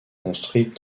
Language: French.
construite